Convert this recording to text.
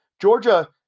Georgia